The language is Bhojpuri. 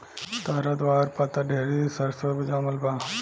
तहरा दुआर पर त ढेरे सरसो जामल बा